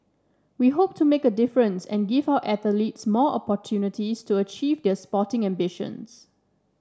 we hope to make a difference and give our athletes more opportunities to achieve their sporting ambitions